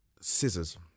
Scissors